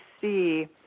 see